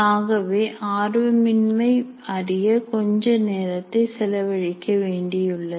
ஆகவே ஆர்வமின்மை அறிய கொஞ்சம் நேரத்தை செலவழிக்க வேண்டியுள்ளது